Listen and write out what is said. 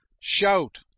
Shout